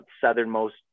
southernmost